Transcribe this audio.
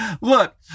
look